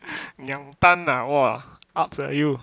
两单 ah !wah! ups eh you